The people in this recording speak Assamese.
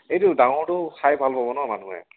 এইটো ডাঙৰটো খাই ভাল পাব ন মানুহে